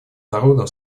народам